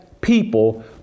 people